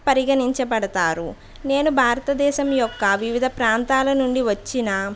పరిగణింపబడతారు నేను భారతదేశం యొక్క వివిధ ప్రాంతాల నుండి వచ్చిన